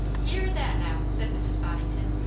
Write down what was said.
hear that, now! said mrs. boddington.